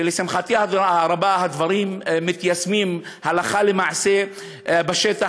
ולשמחתי הרבה הדברים מיושמים הלכה למעשה בשטח,